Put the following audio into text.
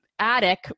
attic